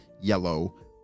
yellow